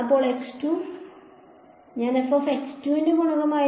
അപ്പോൾ ഞാൻ ഞാൻ ന്റെ ഗുണകം ആയിരിക്കും